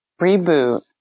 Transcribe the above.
Reboot